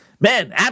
man